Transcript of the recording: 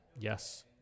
Yes